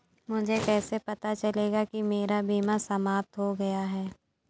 मुझे कैसे पता चलेगा कि मेरा बीमा समाप्त हो गया है?